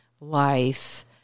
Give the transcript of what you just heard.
life